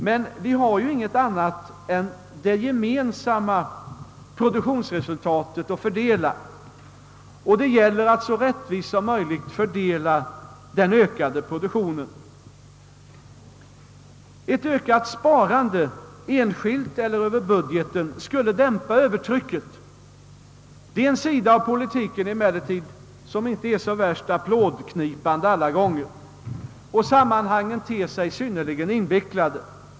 Men vi har ingenting annat än det gemensamma =:produktionsresultatet att fördela, och det gäller att så rättvist som möjligt fördela den ökade produktionen. Ett ökat sparande — enskilt eller över budgeten — skulle dämpa övertrycket. Det är emellertid en sida av politiken som inte är så värst applådknipande alla gånger och sammanhangen ter sig synnerligen invecklade.